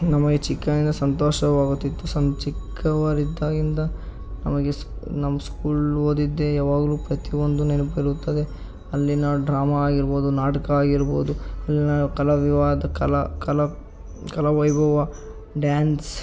ನಮಗೆ ಚಿಕ್ಕನಿಂದ ಸಂತೋಷವಾಗುತಿತ್ತು ಚಿಕ್ಕವರಿದ್ದಾಗಿಂದ ನಮಗೆ ನಮ್ಮ ಸ್ಕೂಲ್ ಓದಿದ್ದೇ ಯಾವಾಗಲೂ ಪ್ರತಿಯೊಂದೂ ನೆನಪು ಬರುತ್ತದೆ ಅಲ್ಲಿನ ಡ್ರಾಮಾ ಆಗಿರ್ಬೋದು ನಾಟಕ ಆಗಿರ್ಬೋದು ಅಲ್ಲಿನ ಕಲಾವಿವಾದಕ ಕಲಾ ಕಲಾ ಕಲಾವೈಭವ ಡ್ಯಾನ್ಸ್